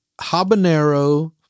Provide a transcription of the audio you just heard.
habanero